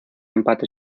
empate